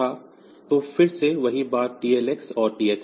तो फिर से वही बात TLX और THX